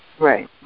Right